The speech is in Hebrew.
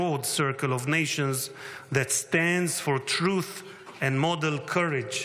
circle of nations that stands for truth and model courage.